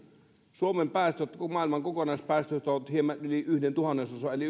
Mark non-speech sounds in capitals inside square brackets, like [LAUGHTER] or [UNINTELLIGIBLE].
suomen päästöt maailman kokonaispäästöistä ovat hieman yli yhden tuhannesosan eli [UNINTELLIGIBLE]